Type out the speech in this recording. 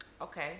Okay